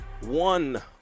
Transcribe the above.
One